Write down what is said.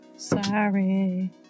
Sorry